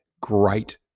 great